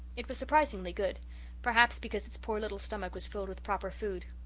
it was surprisingly good perhaps because its poor little stomach was filled with proper food.